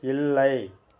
இல்லை